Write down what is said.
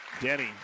Denny